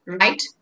right